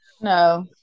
no